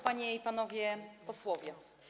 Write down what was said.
Panie i Panowie Posłowie!